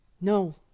no